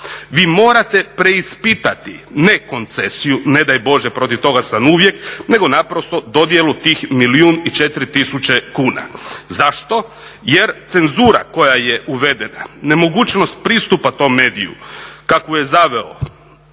Vi morate preispitati ne koncesiju, ne daj Bože protiv toga sam uvijek nego naprosto dodjelu tih milijun i 4 tisuće kuna. Zašto? Jer cenzura koja je uvedena, nemogućnost pristupa tom mediju kakvu je zavela